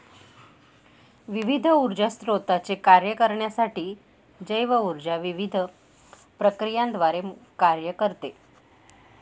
विविध ऊर्जा स्त्रोतांचे कार्य करण्यासाठी जैव ऊर्जा विविध प्रक्रियांद्वारे कार्य करते